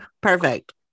Perfect